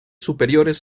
superiores